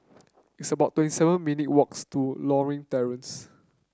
it's about twenty seven minute walks to Lothian Terrace